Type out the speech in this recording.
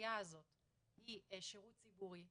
המסגרייה הזו היא שירות ציבורי,